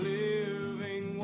living